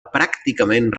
pràcticament